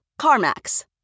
CarMax